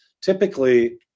typically